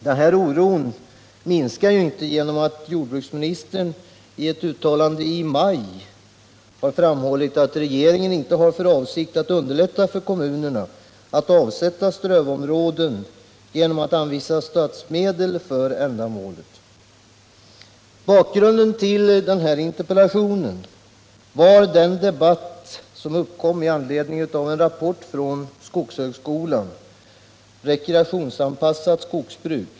Denna oro minskar ju inte genom att jordbruksministern i ett uttalande i maj har framhållit att regeringen inte har för avsikt att underlätta för kommunerna att avsätta strövområden genom att anvisa statsmedel för ändamålet. Bakgrunden till min interpellation var den debatt som uppkom med anledning av en rapport från skogshögskolan, Rekreationsanpassat skogsbruk.